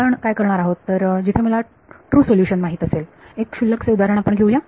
आपण काय करणार आहोत तर जिथे मला ट्रू सोल्युशन माहित असेल असे एक क्षुल्लक से उदाहरण आपण घेऊ या